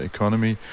Economy